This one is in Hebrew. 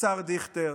השר דיכטר,